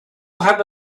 have